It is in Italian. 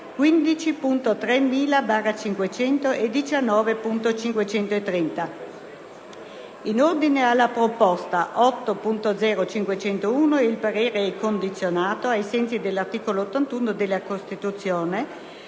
15.3000/500 e 19.530. In ordine alla proposta 8.0.501, il parere è condizionato, ai sensi dell'articolo 81 della Costituzione,